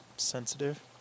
sensitive